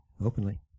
openly